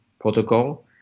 protocol